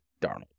Darnold